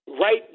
right